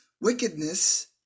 Wickedness